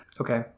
Okay